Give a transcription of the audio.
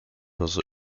was